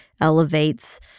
elevates